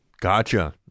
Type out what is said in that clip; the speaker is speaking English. Gotcha